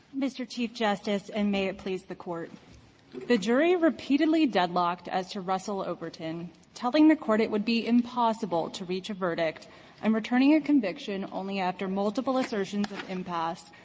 mr. chief justice, and may it please the court the jury repeatedly deadlocked as to russell overton telling the court it would be impossible to reach a verdict and returning a conviction only after multiple assertions impasse,